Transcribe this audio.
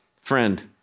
friend